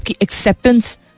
acceptance